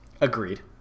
Agreed